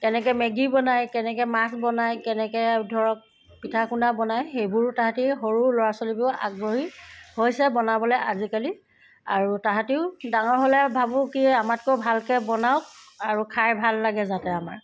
কেনেকৈ মেগী বনাই কেনেকৈ মাছ বনাই কেনেকৈ ধৰক পিঠা পনা বনাই সেইবোৰ তাঁহাতি সৰু ল'ৰা ছোৱলীবোৰ আগ্ৰহী হৈছে বনাবলৈ আজিকালি আৰু তাঁহাতিও ডাঙৰ হ'লে ভাবো কি আমতকেও ভালকৈ বনাওক আৰু খাই ভাল লাগে যাতে আমাৰ